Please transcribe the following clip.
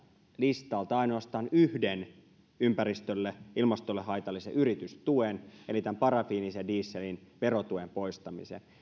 listalta ainoastaan yhden ympäristölle ja ilmastolle haitallisen yritystuen eli tämän parafiinisen dieselin verotuen poistamisen